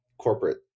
corporate